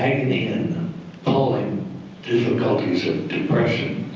the and the apalling difficulties of depression,